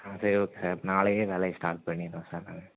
ஆ சரி okay sir அப்போ நாளையே வேலையை ஸ்டார்ட் பண்ணிடுவோம் சார் நாங்கள்